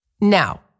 Now